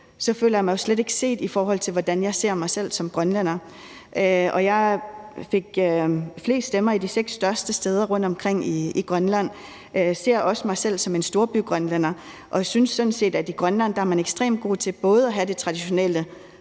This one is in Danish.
Så føler jeg mig jo slet ikke set, i forhold til hvordan jeg ser mig selv som grønlænder. Jeg fik flest stemmer de seks største steder rundtomkring i Grønland, og jeg ser også mig selv som en storbygrønlænder, og jeg synes sådan set, at man i Grønland er ekstremt god til både at havde det traditionelle